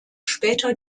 später